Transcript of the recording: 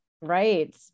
Right